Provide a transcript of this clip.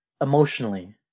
emotionally